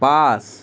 পাঁচ